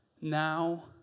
Now